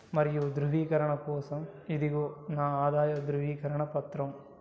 మరియు ధృవీకరణ కోసం ఇదిగో నా ఆదాయ ధృవీకరణ పత్రం